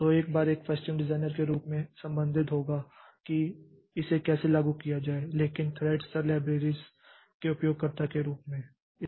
तो एक बार एक पश्चिम डिजाइनर के रूप में संबंधित होगा कि इसे कैसे लागू किया जाए लेकिन थ्रेड स्तर लाइबरेरिओं के उपयोगकर्ता के रूप में